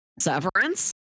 severance